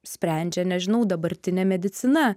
sprendžia nežinau dabartinė medicina